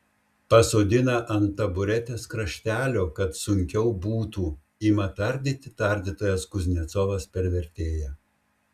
pasodina ant taburetės kraštelio kad sunkiau būtų ima tardyti tardytojas kuznecovas per vertėją